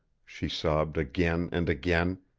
she sobbed again and again.